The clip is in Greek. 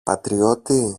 πατριώτη